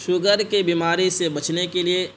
sugar کے بیماری سے بچنے کے لیے